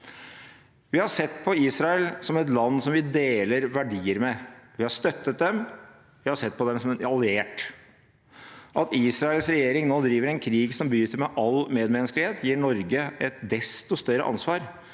Vi har sett på Israel som et land vi deler verdier med. Vi har støttet dem. Vi har sett på dem som en alliert. At Israels regjering nå driver en krig som bryter med all medmenneskelighet, gir Norge et desto større ansvar